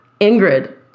Ingrid